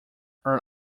are